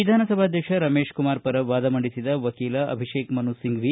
ವಿಧಾನಸಭಾಧ್ಯಕ್ಷ ರಮೇಶ್ಕುಮಾರ್ ಪರ ವಾದ ಮಂಡಿಸಿದ ವಕೀಲ ಅಭಿಷೇಕ್ ಮನು ಸಿಂಫ್ವಿ